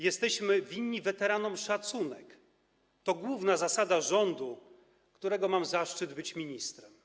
Jesteśmy winni weteranom szacunek - to główna zasada rządu, którego mam zaszczyt być ministrem.